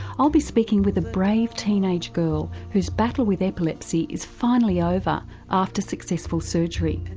i'll be speaking with a brave teenage girl whose battle with epilepsy is finally over after successful surgery.